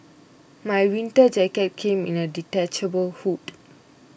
my winter jacket came with a detachable hood